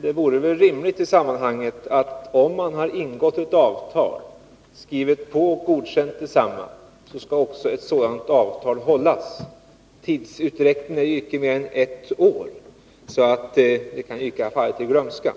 det vore rimligt i sammanhanget, när man har ingått ett avtal, skrivit på och godkänt detsamma, att ett sådant avtal också skall hållas. Tidsutdräkten är icke mer än ett år, så det kan icke ha fallit i glömska.